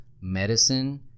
medicine